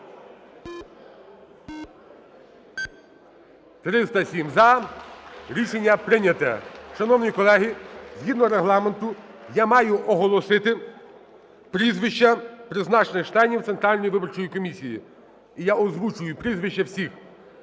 За-307 Рішення прийнято. Шановні колеги, згідно Регламенту я маю оголосити прізвища призначених членів Центральної виборчої комісії, і я озвучую прізвища всіх: